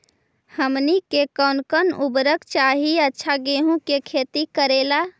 हमनी के कौन कौन उर्वरक चाही अच्छा गेंहू के खेती करेला?